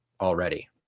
already